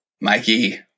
Mikey